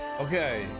Okay